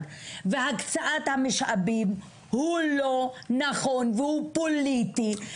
והקצאת המשאבים הם לא נכונים והם פוליטיים.